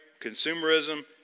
consumerism